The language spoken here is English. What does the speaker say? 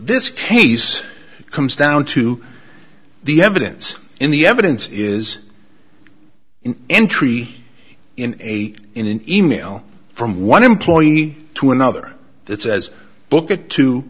this case comes down to the evidence in the evidence is in entry in a in an e mail from one employee to another it says book at t